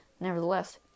Nevertheless